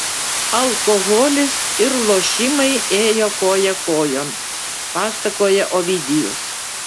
alkoholis ir lošimai ėjo koja kojon pasakoja ovidijus